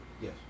Yes